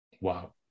Wow